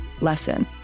lesson